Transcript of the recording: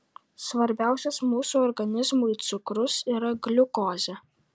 svarbiausias mūsų organizmui cukrus yra gliukozė